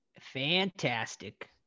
Fantastic